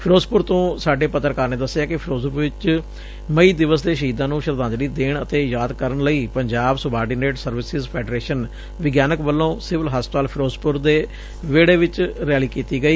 ਫਿਰੋਜ਼ਪੁਰ ਤੋਂ ਸਾਡੇ ਪੱਤਰਕਾਰ ਨੇ ਦਸਿਐ ਕਿ ਫਿਰੋਜ਼ਪੁਰ ਵਿਚ ਮਈ ਦਿਵਸ ਦੇ ਸ਼ਹੀਦਾਂ ਨੂੰ ਸ਼ਰਧਾਂਜਲੀ ਦੇਣ ਅਤੇ ਯਾਦ ਕਰਨ ਲਈ ਪੰਜਾਬ ਸੁਬਾਰਡੀਨੇਟ ਸਰਵਿਸ਼ਿਜ ਫੈਡਰੇਸ਼ਨ ਵਿਗਿਆਨਕ ਵੱਲੋ ਸਿਵਲ ਹਸਪਤਾਲ ਫਿਰੋਜ਼ਪੁਰ ਦੇ ਵਿਹੜੇ ਵਿਚ ਰੈਲੀ ਕੀਤੀ ਗਈ